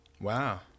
Wow